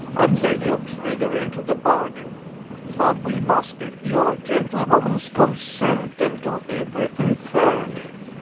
and lady o'trigger into the bargain but we must get the old gentlewoman's consent and do every thing fairly.